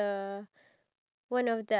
what's your favourite